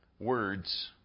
Words